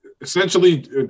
essentially